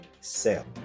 sale